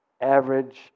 average